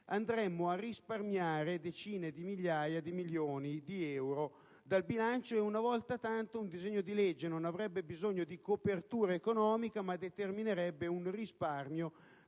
andremmo a risparmiare decine di migliaia di milioni di euro dal bilancio. Una volta tanto inoltre un disegno di legge non avrebbe bisogno di coperture economiche ma determinerebbe un risparmio